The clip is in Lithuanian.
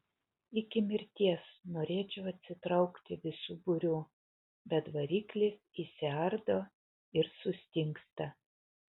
iki mirties norėčiau atsitraukti visu būriu bet variklis išsiardo ir sustingsta